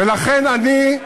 ולכן, אני,